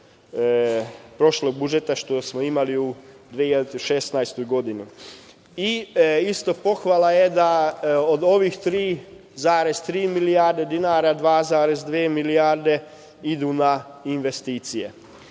prošlog budžeta što smo imali u 2016. godini. Isto pohvala jedna, od ovih 3,3 milijardi dinara 2,2 milijarde idu na investicije.